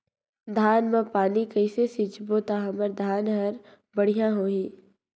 धान मा पानी कइसे सिंचबो ता हमर धन हर बढ़िया होही?